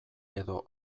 edo